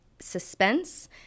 suspense